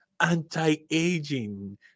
anti-aging